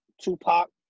Tupac